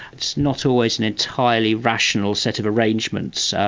it's not always an entirely rational set of arrangements,